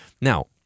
Now